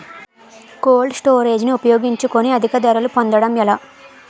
Cold storage ని ఉపయోగించుకొని అధిక ధరలు పొందడం ఎలా?